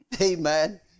Amen